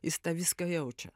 jis tą viską jaučia